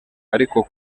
ariko